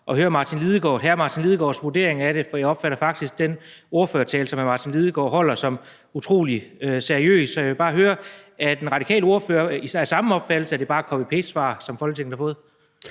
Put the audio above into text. godt tænke mig at høre hr. Martin Lidegaards vurdering af det, for jeg opfatter faktisk den ordførertale, som hr. Martin Lidegaard holdt, som utrolig seriøs. Så jeg vil bare høre: Er den radikale ordfører af samme opfattelse, altså at det bare er copy-paste-svar, som Folketinget har fået?